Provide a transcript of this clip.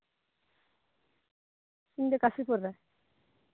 ᱤᱧ ᱫᱚ ᱠᱟᱥᱤᱯᱩᱨ ᱨᱮᱱ